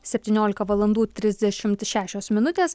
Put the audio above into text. septyniolika valandų trisdešimt šešios minutės